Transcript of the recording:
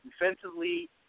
defensively